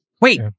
Wait